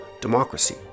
democracy